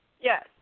Yes